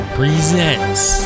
presents